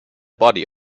body